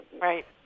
right